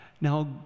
Now